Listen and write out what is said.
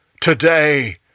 Today